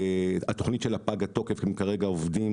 התוכנית שלה פגה תוקף, הם כרגע עובדים